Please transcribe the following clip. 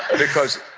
because